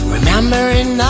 Remembering